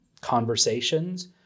conversations